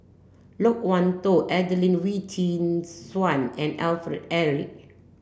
Loke Wan Tho Adelene Wee Chin Suan and Alfred Eric